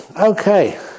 Okay